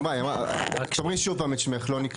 תום יערי רשות התחרות.